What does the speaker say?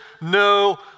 no